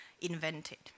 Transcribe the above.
invented